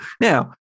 Now